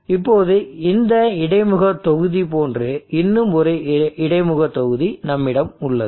இப்போது இந்த இடைமுகத் தொகுதி போன்று இன்னும் ஒரு இடைமுகத் தொகுதி நம்மிடம் உள்ளது